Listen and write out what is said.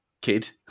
kid